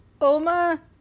Oma